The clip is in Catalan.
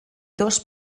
dos